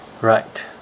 right